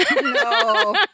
No